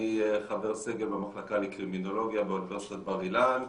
אני חבר סגל במחלקה לקרימינולוגיה באוניברסיטת בר אילן,